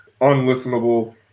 unlistenable